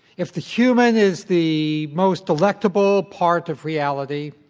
if the human is the most delectable part of reality,